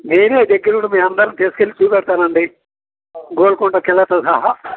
నేనే దగ్గరుండి మీ అందరిని తీసుకెళ్లి చూపెడతానండి గోల్కొండ కిలతో సహా